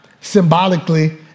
symbolically